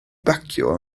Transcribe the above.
bacio